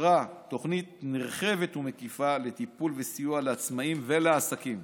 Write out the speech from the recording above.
אישרה תוכנית נרחבת ומקיפה לטיפול וסיוע לעצמאים ולעסקים.